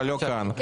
אבל לא כאן,